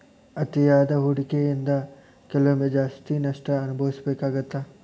ಅತಿಯಾದ ಹೂಡಕಿಯಿಂದ ಕೆಲವೊಮ್ಮೆ ಜಾಸ್ತಿ ನಷ್ಟ ಅನಭವಿಸಬೇಕಾಗತ್ತಾ